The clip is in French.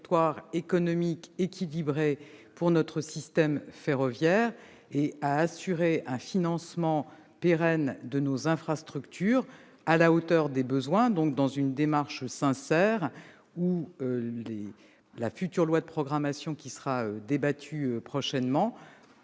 économique équilibrée pour notre système ferroviaire et à assurer un financement pérenne de nos infrastructures à la hauteur des besoins, dans une démarche sincère. La future loi de programmation qui sera débattue prochainement